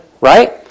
Right